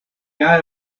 guy